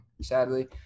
Sadly